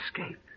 escape